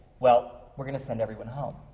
well, we're going to send everyone home.